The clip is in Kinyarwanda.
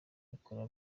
rikora